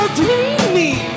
dreamy